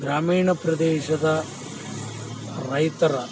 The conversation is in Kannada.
ಗ್ರಾಮೀಣ ಪ್ರದೇಶದ ರೈತರ